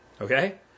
Okay